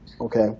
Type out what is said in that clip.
Okay